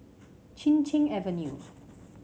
Chin Cheng Avenue